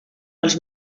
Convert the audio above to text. els